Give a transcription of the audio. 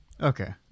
Okay